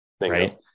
right